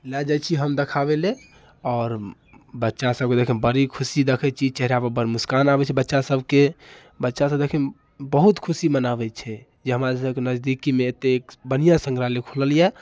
लए जाइत छी हम देखाबै लेल आओर बच्चा सबके देखैमे बड़ी खुशी देखैत छी चेहरा पर बड़ मुस्कान आबैत छै बच्चा सबके बच्चा सब देखैमे बहुत खुशी मनाबैत छै जे हमरा सबके नजदीकीमे एतेक बढ़ियाँ सङ्ग्रहालय खुलल यऽ